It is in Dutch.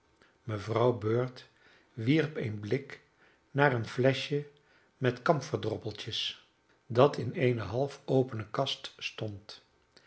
mevrouw bird wierp een blik naar een fleschje met kamferdroppeltjes dat in eene half opene kast stond